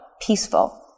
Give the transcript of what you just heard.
peaceful